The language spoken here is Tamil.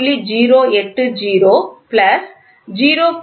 080 பிளஸ் 0